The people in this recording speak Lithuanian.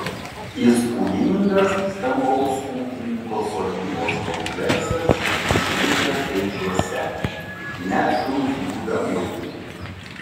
įspūdingas stambaus ūkininko sodybos kompleksas išlikęs gaidžiuose net šuns būda mūrinė